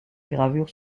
gravure